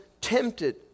tempted